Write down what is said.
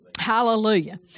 Hallelujah